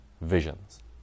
visions